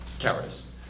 cowardice